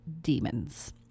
demons